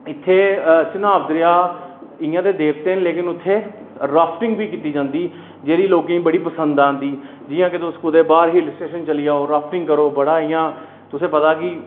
इत्थै चनाव दरेआ इ'यां ते देवते न लेकिन उत्थै राफटिंग बी कीती जंदी जेह्ड़ी लोकें ई ब़ी पसंद आंदी तुस कुदै बड़ा इ'यां तुसें पता कि